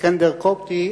סכנדר קובטי,